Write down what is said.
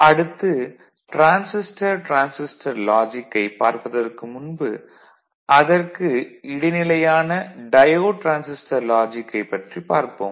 அடுத்து transistor - transistor லாஜிக்கைப் பார்ப்பதற்கு முன்பு அதற்கு இடைநிலையான டயோடு டிரான்சிஸ்டர் லாஜிக்கைப் பற்றிப் பார்ப்போம்